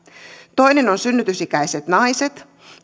toinen on synnytysikäiset naiset